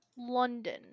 London